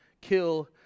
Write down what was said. kill